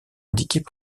indiquées